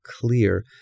clear